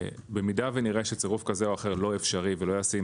במידה ונראה שצירוף כזה או אחר לא אפשרי ולא ישים